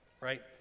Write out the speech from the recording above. Right